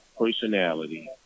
personality